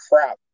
crap